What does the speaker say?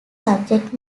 subject